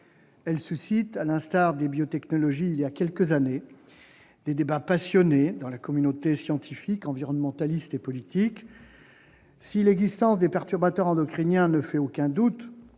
Elle suscite, à l'instar des biotechnologies il y a quelques années, des débats passionnés dans la communauté scientifique, environnementaliste et politique. Si l'existence des perturbateurs endocriniens ne fait aucun doute,